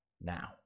now